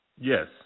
Yes